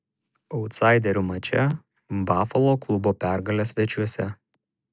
autsaiderių mače bafalo klubo pergalė svečiuose